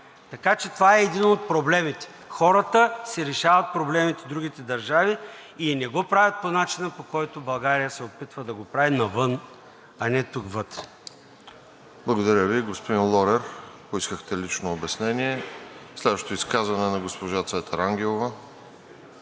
Така че това е един от проблемите. Хората си решават проблемите – другите държави, и не го правят по начина, по който България се опитва да го прави – навън, а не тук вътре. ПРЕДСЕДАТЕЛ РОСЕН ЖЕЛЯЗКОВ: Благодаря Ви. Господин Лорер, поискахте лично обяснение. Следващото изказване е на госпожа Цвета Рангелова.